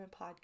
Podcast